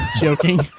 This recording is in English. joking